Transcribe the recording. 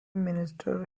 minister